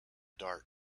dark